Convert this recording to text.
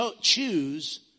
choose